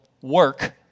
work